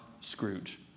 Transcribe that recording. Scrooge